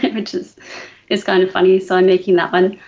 which is is kind of funny, so i'm making that one.